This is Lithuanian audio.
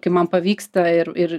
kaip man pavyksta ir ir